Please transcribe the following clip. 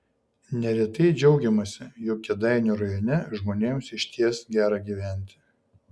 neretai džiaugiamasi jog kėdainių rajone žmonėms išties gera gyventi